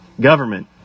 Government